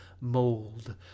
mold